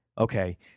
okay